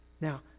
Now